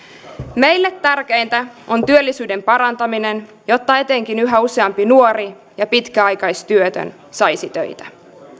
meille tärkeintä on työllisyyden parantaminen jotta etenkin yhä useampi nuori ja pitkäaikaistyötön saisi töitä